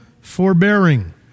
forbearing